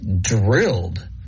drilled